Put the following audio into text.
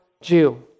Jew